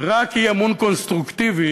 רק אי-אמון קונסטרוקטיבי,